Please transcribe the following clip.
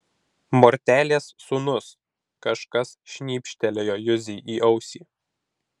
mortelės sūnus kažkas šnypštelėjo juzei į ausį